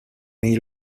nei